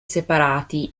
separati